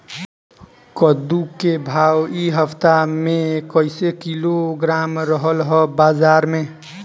कद्दू के भाव इ हफ्ता मे कइसे किलोग्राम रहल ह बाज़ार मे?